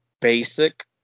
basic